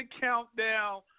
countdown